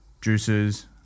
juices